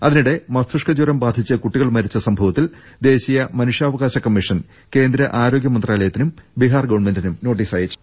അതിനിടെ മസ്തിഷ്ക ജ്വരം ബാധ്യിച്ച് കുട്ടികൾ മരിച്ച സംഭവത്തിൽ ദേശീയ മനുഷ്യാവകാശ കമ്മീഷൻ കേന്ദ്ര ആരോഗ്യ മന്ത്രാലയത്തിനും ബീഹാർ ഗവൺമെന്റിനും നോട്ടീസ് അയച്ചു